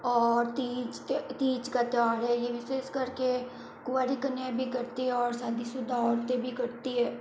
और तीज तीज का त्यौहार है ये विशेष करके कुंवारी कन्यायें भी करती है ओर शादीशुदा औरतें भी करती हैं